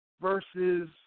versus